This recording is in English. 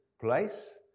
place